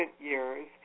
years